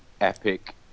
epic